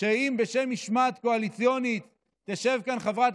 אם בשם משמעת קואליציונית תשב כאן חברת